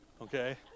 okay